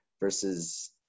versus